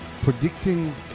predicting